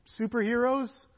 superheroes